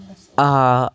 آ